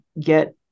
get